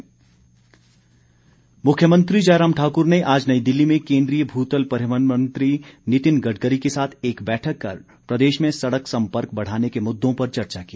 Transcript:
मुख्यमंत्री मुख्यमंत्री जयराम ठाकुर ने आज नई दिल्ली में केंद्रीय भूतल परिवहन मंत्री नितिन गडकरी के साथ एक बैठक कर प्रदेश में सड़क संपर्क बढाने के मुददों पर चर्चा की